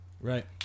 Right